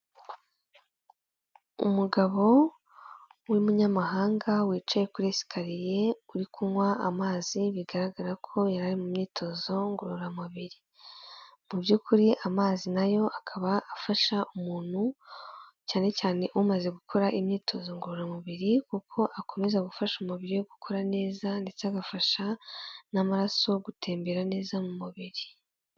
Umugabo w'umunyamahanga wicaye kuri esikariye, uri kunywa amazi bigaragara ko yari ari mu myitozo ngororamubiri, mu by'ukuri amazi nayo akaba afasha umuntu, cyane cyane umaze gukora imyitozo ngororamubiri kuko akomeza gufasha umubiri gukora neza ndetse agafasha n'amaraso gutembera neza mu mubiri.